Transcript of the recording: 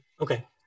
Okay